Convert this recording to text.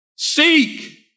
Seek